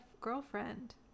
girlfriend